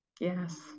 yes